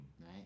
right